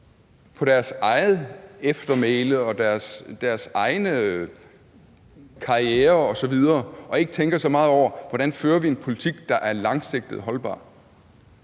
på deres eget eftermæle og deres egne karrierer osv. og ikke tænker så meget over, hvordan vi fører en politik, der er langsigtet holdbar.